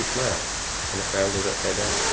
he smiles. when the frown goes upside down.